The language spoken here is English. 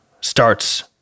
starts